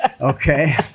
Okay